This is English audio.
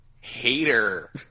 Hater